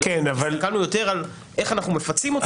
--- הסתכלנו יותר איך אנחנו מפצים אותו.